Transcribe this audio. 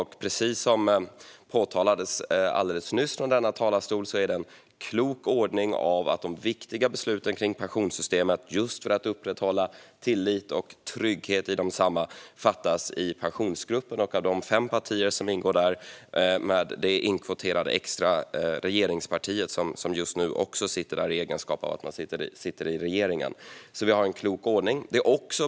Och precis som nyss påpekades från denna talarstol är det för att upprätthålla tillit och trygghet inför viktiga beslut om pensionssystemet en klok ordning att dessa fattas i Pensionsgruppen, det vill säga de fem partier som ingår i den samt det extra regeringsparti som just nu finns med i sin egenskap av att sitta i regeringen. Vi har alltså en klok ordning. Fru talman!